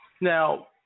Now